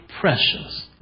precious